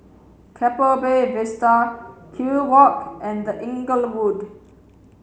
Keppel Bay Vista Kew Walk and The Inglewood